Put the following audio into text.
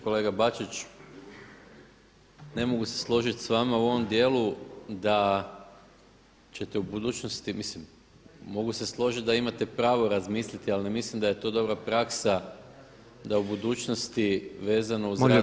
Kolega Bačić, ne mogu se složiti s vama u ovom dijelu da ćete u budućnosti mislim mogu se složiti da imate pravo razmisliti ali ne mislim da je to dobra praksa da u budućnosti vezano uz rad.